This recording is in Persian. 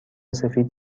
سفید